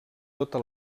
tota